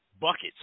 Buckets